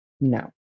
No